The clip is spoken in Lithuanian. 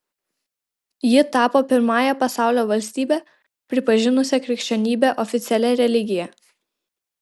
ji tapo pirmąja pasaulio valstybe pripažinusia krikščionybę oficialia religija